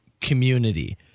Community